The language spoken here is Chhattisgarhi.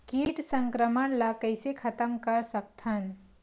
कीट संक्रमण ला कइसे खतम कर सकथन?